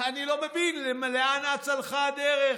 אני לא מבין לאן אצה לך הדרך.